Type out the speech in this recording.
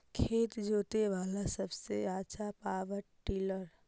खेत जोते बाला सबसे आछा पॉवर टिलर?